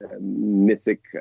mythic